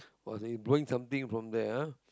was he blowing something from there ah